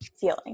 Feeling